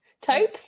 taupe